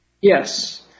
Yes